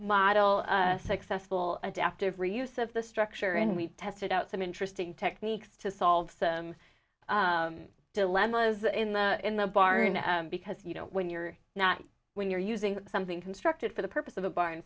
model a successful adaptive reuse of the structure and we tested out some interesting techniques to solve the dilemma as in the in the barn because you know when you're not when you're using something constructed for the purpose of a barn